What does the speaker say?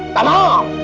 and